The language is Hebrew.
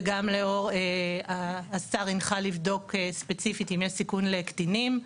וגם לאור זאת שהשר הנחה לבדוק ספציפית אם יש סיכון לקטינים,